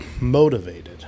motivated